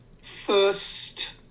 first